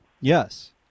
Yes